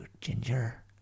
ginger